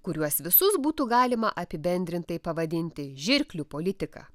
kuriuos visus būtų galima apibendrintai pavadinti žirklių politika